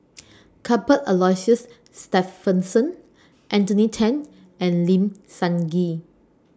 Cuthbert Aloysius Shepherdson Anthony Then and Lim Sun Gee